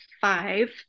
five